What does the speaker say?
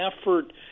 effort